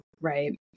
Right